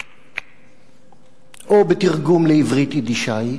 "צה-צה-צה-צה" או בתרגום לעברית יידישאית: